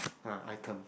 a item